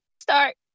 start